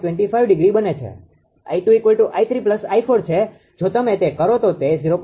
25° બને છે 𝐼2 𝑖3 𝑖4 છે જો તમે તે કરો તો તે 0